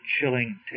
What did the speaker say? chilling